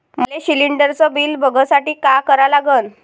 मले शिलिंडरचं बिल बघसाठी का करा लागन?